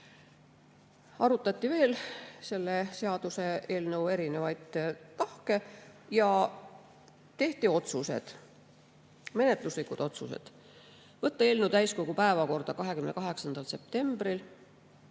Arutati veel selle seaduseelnõu erinevaid tahke ja seejärel tehti menetluslikud otsused: võtta eelnõu täiskogu päevakorda 28. septembril,